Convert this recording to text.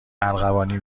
ارغوانی